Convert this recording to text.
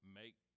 make